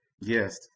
Yes